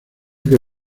que